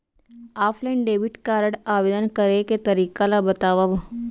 Offline debit card आवेदन करे के तरीका ल बतावव?